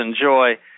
enjoy